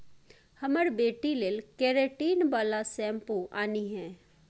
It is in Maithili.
हमर बेटी लेल केरेटिन बला शैंम्पुल आनिहे